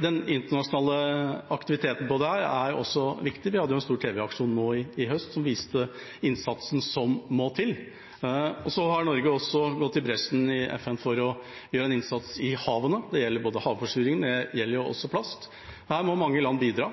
den internasjonale aktiviteten her er også viktig. Vi hadde jo en stor tv-aksjon nå i høst som viste innsatsen som må til. Norge har også gått i bresjen i FN for å gjøre en innsats i havene. Det gjelder havforsuring, men det gjelder også plast. Her må mange land bidra,